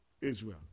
Israel